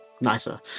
nicer